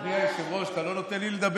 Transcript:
אדוני היושב-ראש, אתה לא נותן לי לדבר.